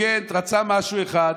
והאינטליגנטי רצה משהו אחד.